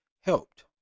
helped